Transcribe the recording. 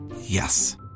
Yes